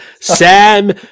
Sam